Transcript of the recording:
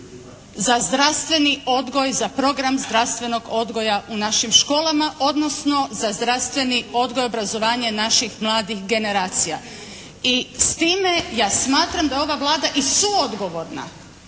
za zdravstveni odgoj, za program zdravstvenog odgoja u našim školama, odnosno za zdravstveni odgoj i obrazovanje naših mladih generacija. I s time ja smatram da je ova Vlada i suodgovorna